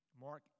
Mark